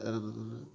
வேறு ஏதும்